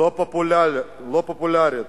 לא פופולרית,